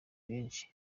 benshi